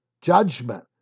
judgment